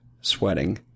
sweating